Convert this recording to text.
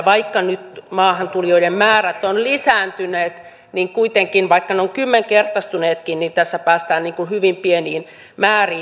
vaikka nyt maahantulijoiden määrät ovat lisääntyneet niin kuitenkin vaikka ne ovat kymmenkertaistuneetkin niin tässä päästään hyvin pieniin määriin